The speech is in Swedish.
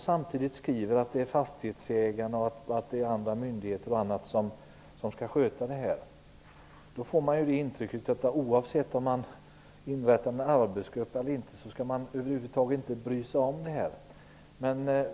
Samtidigt skrivs det att det är fastighetsägarna, myndigheter och andra som skall sköta detta. Då får man intryck av att man, oavsett om det inrättas en arbetsgrupp eller inte, över huvud taget inte skall bry sig om det.